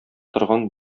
торган